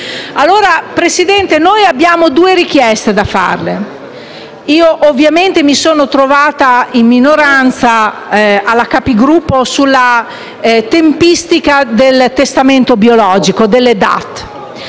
Signor Presidente, noi abbiamo due richieste da formulare: ovviamente mi sono trovata in minoranza alla Capigruppo sulla tempistica del testamento biologico, delle